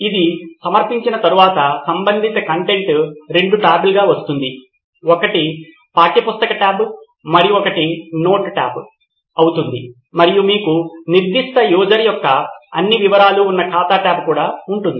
ఇది సమర్పించిన తర్వాత సంబంధిత కంటెంట్ రెండు ట్యాబ్లుగా లభిస్తుంది ఒకటి పాఠ్యపుస్తక ట్యాబ్ మరియు మరొకటి నోట్ టాబ్ అవుతుంది మరియు మీకు నిర్దిష్ట యూజర్ యొక్క అన్ని వివరాలు ఉన్న ఖాతా టాబ్ కూడా ఉంటుంది